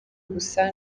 gusa